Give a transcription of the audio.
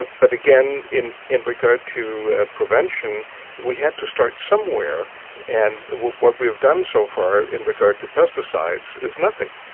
ah but again, in in regard to prevention we had to start somewhere and what we've done so far in regard to pesticides is nothing.